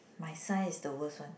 my science is the worst one